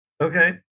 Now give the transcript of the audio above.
Okay